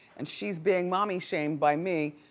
and she's being mommy shamed by me.